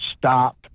stop